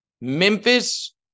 Memphis